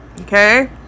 okay